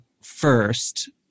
first